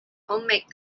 homemade